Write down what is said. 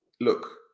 look